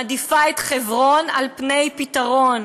מעדיפה את חברון על פני פתרון,